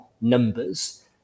numbers